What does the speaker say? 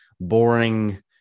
boring